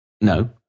No